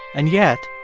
and yet,